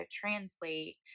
translate